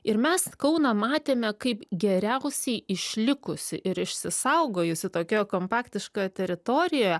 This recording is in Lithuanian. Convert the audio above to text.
ir mes kauną matėme kaip geriausiai išlikusį ir išsisaugojusį tokioje kompaktiškoje teritorijoje